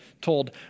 told